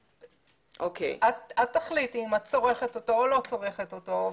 את תחליטי אם את צורכת אותו או לא צורכת אותו.